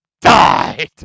died